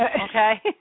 Okay